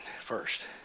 first